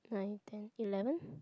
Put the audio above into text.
nine ten eleven